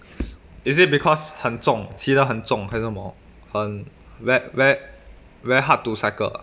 is it because 很重骑得很重还是什么很 ve~ ve~ very hard to cycle